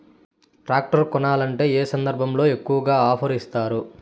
Tractor కొనాలంటే ఏ సందర్భంలో ఎక్కువగా ఆఫర్ ఇస్తారు?